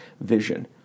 vision